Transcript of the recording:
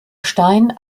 stein